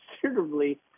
considerably